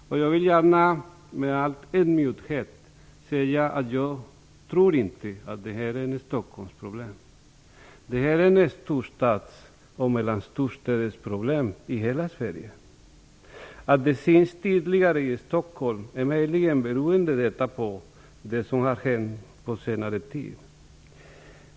Jag vill gärna med all ödmjukhet säga att jag inte tror att det här är ett Stockholmsproblem. Det är ett problem som finns i storstäder och i mellanstora städer i hela Sverige. Att det syns tydligare i Stockholm beror möjligen på det som har hänt på senare tid.